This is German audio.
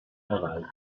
erreicht